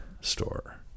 store